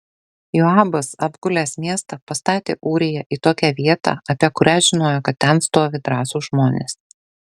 joabas apgulęs miestą pastatė ūriją į tokią vietą apie kurią žinojo kad ten stovi drąsūs žmonės